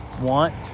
want